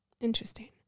Interesting